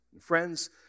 friends